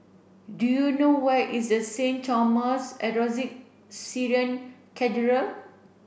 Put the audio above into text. do you know where is a Saint Thomas Orthodox Syrian Cathedral